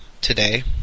today